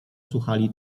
słuchali